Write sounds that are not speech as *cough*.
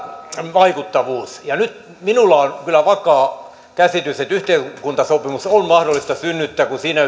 vaikuttavuus ja nyt minulla on kyllä vakaa käsitys että yhteiskuntasopimus on mahdollista synnyttää kun siinä *unintelligible*